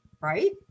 right